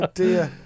dear